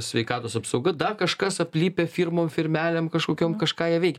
sveikatos apsauga dar kažkas aplipę firmom firmelėms kažkokiom kažką jie veik